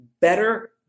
better